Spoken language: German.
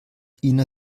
ina